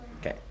Okay